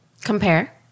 Compare